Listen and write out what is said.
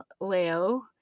leo